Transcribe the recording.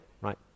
right